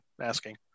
asking